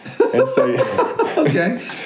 Okay